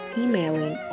emailing